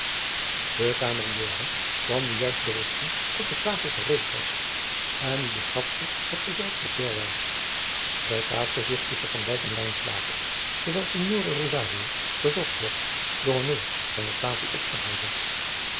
de cameriere kwam nu juist berigten dat de tafel gereed was en nu begaf zich het gezelschap derwaarts zij plaatste zich tusschen van dijk en lijnslager terwijl signore rosario verzocht werd de honneurs van de tafel op te houden